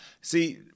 see